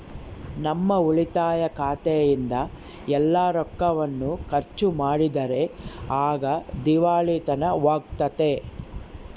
ನಮ್ಮ ಉಳಿತಾಯ ಖಾತೆಯಿಂದ ಎಲ್ಲ ರೊಕ್ಕವನ್ನು ಖರ್ಚು ಮಾಡಿದರೆ ಆಗ ದಿವಾಳಿತನವಾಗ್ತತೆ